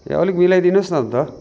अलिक मिलाइदिनुहोस् न अन्त